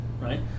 right